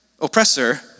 oppressor